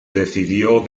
decidió